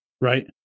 Right